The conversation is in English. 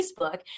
Facebook